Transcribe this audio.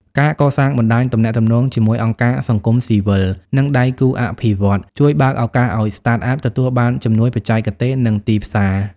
ការកសាងបណ្ដាញទំនាក់ទំនងជាមួយអង្គការសង្គមស៊ីវិល និងដៃគូអភិវឌ្ឍន៍ ជួយបើកឱកាសឱ្យ Startup ទទួលបានជំនួយបច្ចេកទេស និងទីផ្សារ។